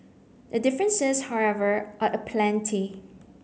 the differences however are aplenty